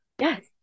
Yes